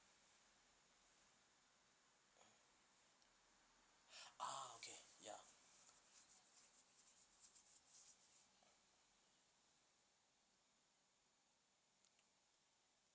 ah ya ya